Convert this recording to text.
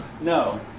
no